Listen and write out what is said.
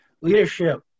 Leadership